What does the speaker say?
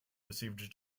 received